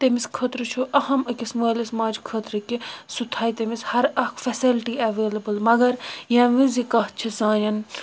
تٔمس خٲطرٕ چھُ اہم أکِس مٲلس ماجہِ خٲطرِ کہِ سُہ تھایہِ تٔمس ہر اکھ فیسلٹی ایٚولیبٕل مگر ییٚمہِ وز یہِ کَتھ چھِ سانٮ۪ن